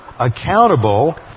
...accountable